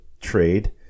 trade